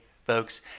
Folks